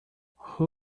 who